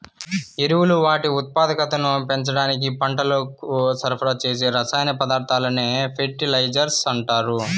ఎరువులు వాటి ఉత్పాదకతను పెంచడానికి పంటలకు సరఫరా చేసే రసాయన పదార్థాలనే ఫెర్టిలైజర్స్ అంటారు